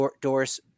Doris